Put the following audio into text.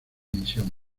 misión